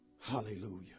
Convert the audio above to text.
Hallelujah